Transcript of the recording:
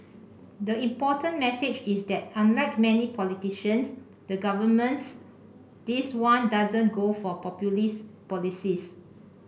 the important message is that unlike many politicians the governments this one doesn't go for populist policies